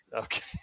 okay